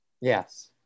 Yes